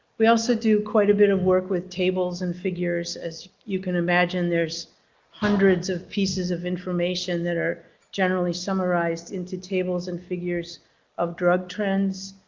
we also do quite a bit of work with tables and figures. ss you can imagine, there's hundreds of pieces of information that are generally summarized into tables and figures of drug trends,